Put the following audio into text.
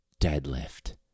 deadlift